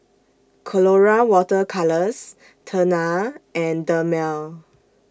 Colora Water Colours Tena and Dermale